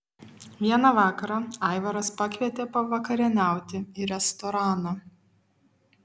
vieną vakarą aivaras pakvietė pavakarieniauti į restoraną